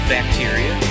Bacteria